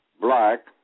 black